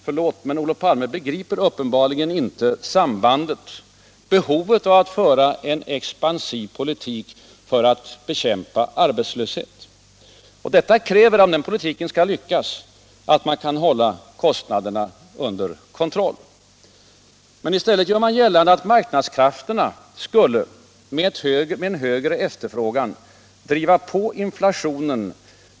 Förlåt, men Olof Palme begriper uppenbarligen inte sambandet, behovet av att föra en expansiv politik för att bekämpa arbetslöshet. Om den politiken skall lyckas krävs det att man kan hålla kostnaderna under kontroll. I stället gör socialdemokraterna gällande att marknadskrafterna med en högre efterfrågan skulle driva på inflationen.